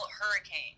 hurricane